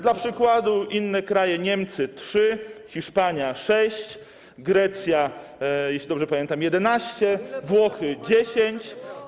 Dla przykładu, inne kraje, Niemy - trzy, Hiszpania - sześć, Grecja, jeśli dobrze pamiętam - 11, Włochy - 10.